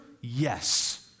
Yes